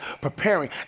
preparing